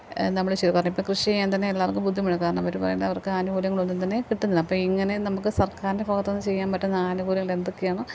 നമ്മൾ ചെലും കാരണം കൃഷി ചെയ്യാൻ തന്നെ എല്ലാവർക്കും ബുദ്ധിമുട്ടാണ് കാരണം അവർ പറയുന്ന അവർക്ക് ആനുകൂല്യങ്ങളൊന്നും തന്നെ കിട്ടുന്നില്ല അപ്പം ഇങ്ങനെ നമുക്ക് സർക്കാരിൻ്റെ ഭാഗത്തു നിന്ന് ചെയ്യാൻ പറ്റുന്ന ആനുകൂല്യങ്ങൾ എന്തൊക്കെയാണെന്ന്